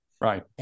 Right